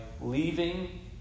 leaving